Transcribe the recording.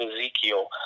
Ezekiel